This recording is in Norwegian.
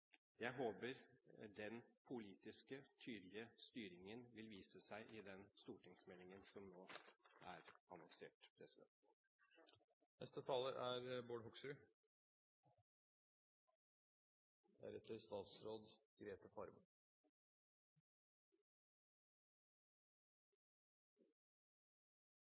Jeg håper den politiske, tydelige styringen vil vise seg i den stortingsmeldingen som nå er annonsert. Det var noen greier med registreringen der nede, så jeg fikk ikke registrert meg før litt senere. Nødnettsaken er